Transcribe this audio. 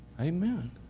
Amen